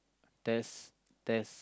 test test